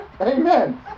Amen